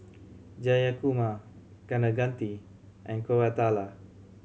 Jayakumar Kaneganti and Koratala